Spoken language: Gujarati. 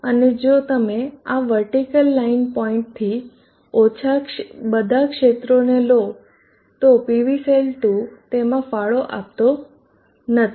અને જો તમે આ વર્ટીકલ લાઇન પોઇન્ટથી ઓછા બધા ક્ષેત્રોને લો તો PV સેલ 2 તેમાં ફાળો આપતો નથી